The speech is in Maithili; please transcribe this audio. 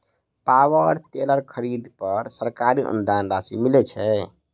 पावर टेलर खरीदे पर सरकारी अनुदान राशि मिलय छैय?